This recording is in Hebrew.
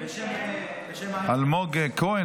בשעה טובה.